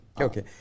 Okay